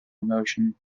emotion